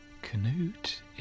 canute